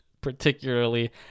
particularly